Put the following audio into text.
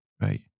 Right